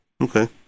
Okay